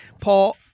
Paul